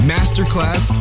Masterclass